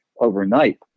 overnight